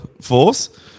force